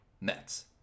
Mets